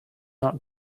not